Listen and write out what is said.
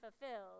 fulfilled